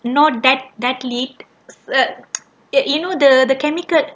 not that that lead you know the the chemical